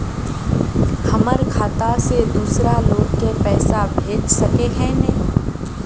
हमर खाता से दूसरा लोग के पैसा भेज सके है ने?